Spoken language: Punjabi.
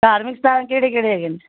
ਧਾਰਮਿਕ ਸਥਾਨ ਕਿਹੜੇ ਕਿਹੜੇ ਹੈਗੇ ਨੇ